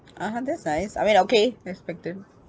(uh huh) that's nice I mean okay expected